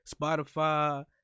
Spotify